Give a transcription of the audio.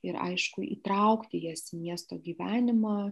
ir aišku įtraukti jas į miesto gyvenimą